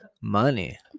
money